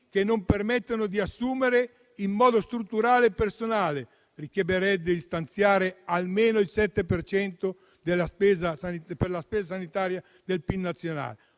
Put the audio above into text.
che non permettono di assumere in modo strutturale il personale; richiederebbe di stanziare almeno il 7 per cento del PIL nazionale